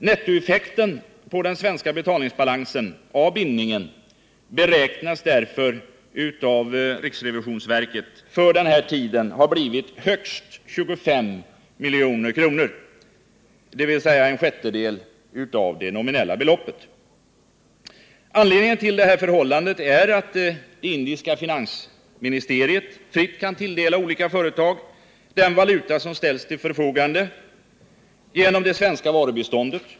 Nettoeffekten på den svenska betalningsbalansen av bindningen beräknas därför av riksrevisionsverket för den här tiden ha blivit högst 25 milj.kr., dvs. en sjättedel av det nominella beloppet. Anledningen till detta är att det indiska finansministeriet fritt kan tilldela olika företag den valuta som ställs till förfogande genom det svenska varubiståndet.